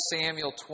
Samuel